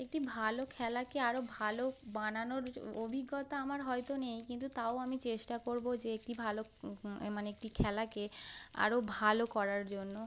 একটি ভালো খেলাকে আরও ভালো বানানোর জ অভিজ্ঞতা আমার হয়তো নেই কিন্তু তাও আমি চেষ্টা করব যে একটি ভালো মানে একটি খেলাকে আরও ভালো করার জন্য